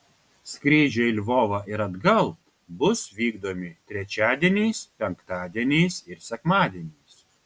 skrydžiai į lvovą ir atgal bus vykdomi trečiadieniais penktadieniais ir sekmadieniais